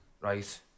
Right